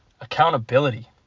accountability